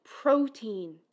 protein